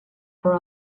for